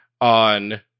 on